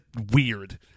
weird